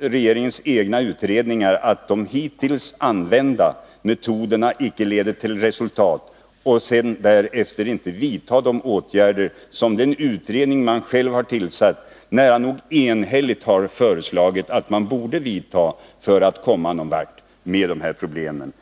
regeringens egna utredningar först konstatera att de hittills använda metoderna inte leder till resultat och därefter inte vidta de åtgärder som den utredning man själv tillsatt nära nog enhälligt föreslagit att man borde vidta för att komma någon vart med problemen.